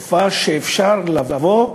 תופעה שאפשר לבוא,